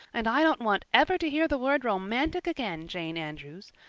and i don't want ever to hear the word romantic again, jane andrews.